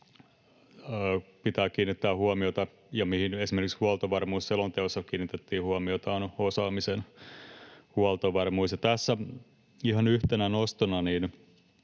pitää kiinnittää huomiota — ja siihen esimerkiksi huoltovarmuusselonteossa kiinnitettiin huomiota — osaamisen huoltovarmuuteen. Ja tässä ihan yhtenä nostona: